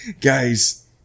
Guys